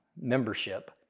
membership